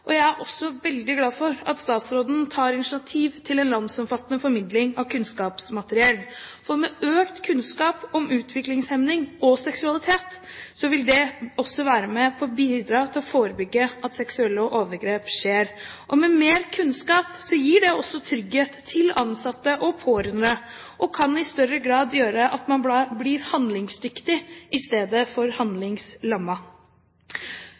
Jeg er også veldig glad for at statsråden tar initiativ til en landsomfattende formidling av kunnskapsmateriell, for økt kunnskap om utviklingshemning og seksualitet vil være med på å bidra til å forebygge at seksuelle overgrep skjer. Og mer kunnskap gir også trygghet til ansatte og pårørende, og kan i større grad gjøre at man blir handlingsdyktig i stedet for